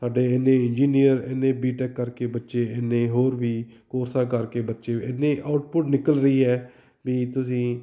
ਸਾਡੇ ਇੰਨੇ ਇੰਜੀਨੀਅਰ ਇੰਨੇ ਬੀ ਟੈਕ ਕਰਕੇ ਬੱਚੇ ਇੰਨੇ ਹੋਰ ਵੀ ਕੋਰਸਾਂ ਕਰਕੇ ਬੱਚੇ ਇੰਨੇ ਆਊਟਪੁੱਟ ਨਿਕਲ ਰਹੀ ਹੈ ਵੀ ਤੁਸੀਂ